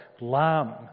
lamb